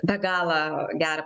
be galo gera